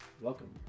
Welcome